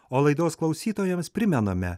o laidos klausytojams primename